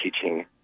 teaching